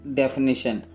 definition